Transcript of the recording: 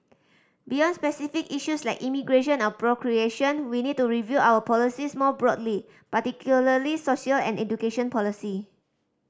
beyond specific issues like immigration and procreation we need to review our policies more broadly particularly social and education policy